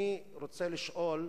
אני רוצה לשאול,